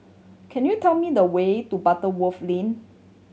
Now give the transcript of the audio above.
can you tell me the way to Butterworth Lane